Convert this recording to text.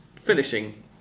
finishing